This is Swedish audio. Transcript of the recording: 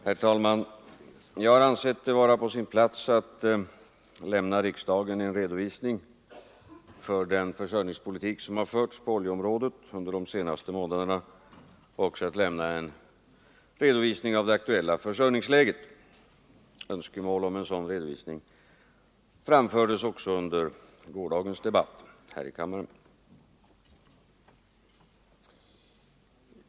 Herr talman! Jag har ansett det vara på sin plats att lämna riksdagen en redogörelse för den försörjningspolitik som har förts på oljeområdet under de senaste månaderna och även att lämna en redovisning av det aktuella försörjningsläget. Önskemål om en sådan redovisning framfördes också under gårdagens debatt här i kammaren.